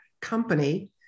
company